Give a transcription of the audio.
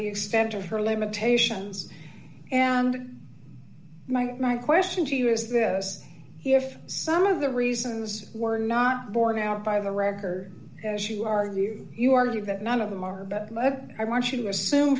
the extent of her limitations and my my question to you is that as if some of the reasons were not borne out by the record as you argue you argue that none of them are but i want you to assume